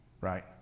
Right